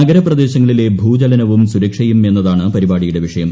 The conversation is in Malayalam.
നഗരപ്രദേശങ്ങളിലെ ഭൂചലനവും സുരക്ഷയും എന്നതാണ് പരിപാടിയുടെ വിഷയം